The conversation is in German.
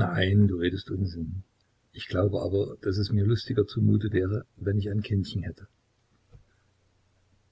nein du redest unsinn ich glaube aber daß es mir lustiger zumute wäre wenn ich ein kindchen hätte